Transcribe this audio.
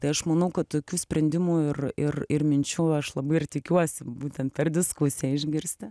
tai aš manau kad tokių sprendimų ir ir ir minčių aš labai ir tikiuosi būtent per diskusiją išgirsti